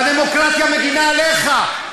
הדמוקרטיה מגינה עליך.